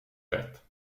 bett